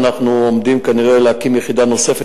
אנחנו עומדים כנראה להקים יחידה נוספת,